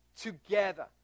together